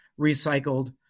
recycled